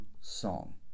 song